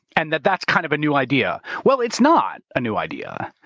and that that's kind of a new idea. well, it's not a new idea.